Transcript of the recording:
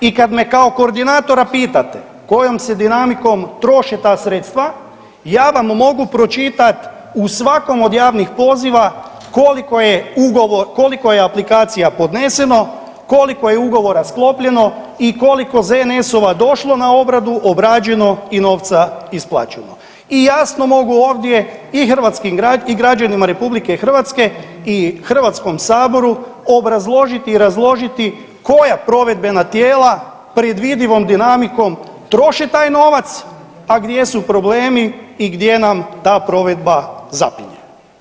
I kad me kao koordinatora pitate kojom se dinamikom troše ta sredstva ja vam mogu pročitat u svakom od javnih poziva koliko je aplikacija podneseno, koliko je ugovora sklopljeno i koliko ZNS-ova došlo na obradu, obrađeno i novca isplaćeno i jasno mogu ovdje i građanima RH i HS-u obrazložiti i razložiti koja provedbena tijela predvidivom dinamikom troše taj novac, a gdje su problemi i gdje nam ta provedba zapinje.